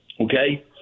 okay